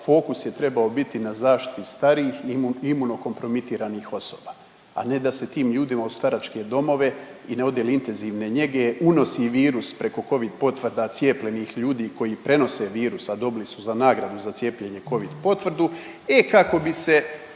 fokus je trebao biti na zaštiti starijih i imunokompromitiranih osoba, a ne da se tim ljudima u staračke domove i na odjele intenzivne njege unosi virus preko Covid potvrda cijepljenih ljudi koji prenose virus, a dobili su za nagradu za cijepljenje Covid potvrdu, e kako bi se